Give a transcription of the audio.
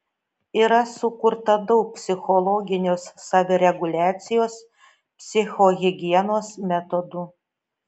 yra sukurta daug psichologinės savireguliacijos psichohigienos metodų